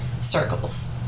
circles